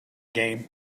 game